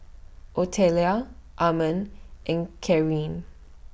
Otelia Ammon and Carin